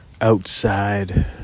outside